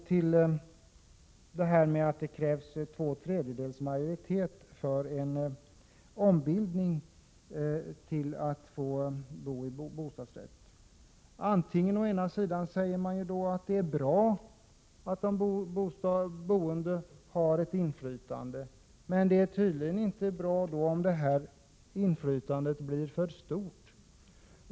Beträffande det faktum att det krävs två tredjedelars majoritet för en ombildning till bostadsrätt vill jag säga: Å ena sidan hävdar socialdemokraterna att det är bra att de boende har ett inflytande. Men det är tydligen inte bra om det inflytandet blir för stort.